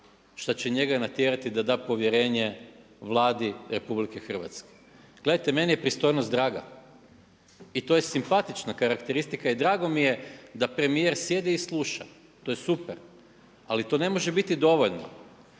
što će njega natjerati da da povjerenje Vladi Republike Hrvatske. Gledajte, meni je pristojnost draga i to je simpatična karakteristika i drago mi je da premijer sjedi i sluša, to je super. Ali to ne može biti dovoljno.